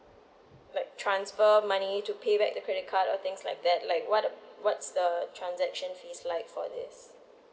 like transfer money to pay back the credit card or things like that like what what's the transaction fees like for this